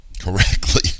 correctly